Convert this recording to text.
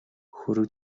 хөрөг